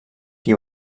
qui